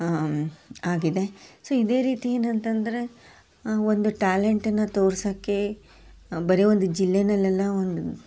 ಆಗಿದೆ ಸೊ ಇದೇ ರೀತಿ ಏನಂತಂದರೆ ಒಂದು ಟ್ಯಾಲೆಂಟನ್ನು ತೋರ್ಸೋಕ್ಕೆ ಬರೇ ಒಂದು ಜಿಲ್ಲೆನಲ್ಲಿ ಅಲ್ಲ ಒಂದು